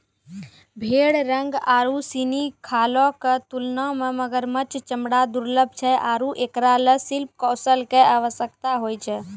भेड़ रंग आरु सिनी खालो क तुलना म मगरमच्छ चमड़ा दुर्लभ छै आरु एकरा ल शिल्प कौशल कॅ आवश्यकता होय छै